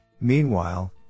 Meanwhile